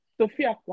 Sophia